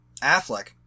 Affleck